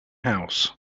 house